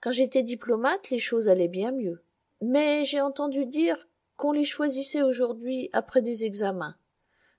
quand j'étais diplomate les choses allaient bien mieux mais j'ai entendu dire qu'on les choisissait aujourd'hui après des examens